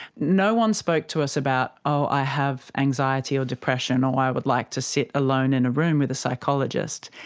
no one spoke to us about, oh, i have anxiety or depression and i would like to sit alone in a room with a psychologist.